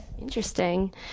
Interesting